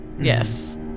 yes